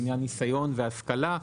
לעניין ניסיון והשכלה.